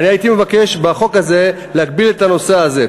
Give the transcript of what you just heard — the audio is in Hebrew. הייתי מבקש בחוק הזה להגביל את הנושא הזה.